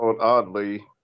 oddly